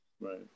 Right